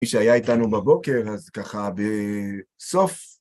מי שהיה איתנו בבוקר, אז ככה, בסוף.